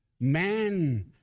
man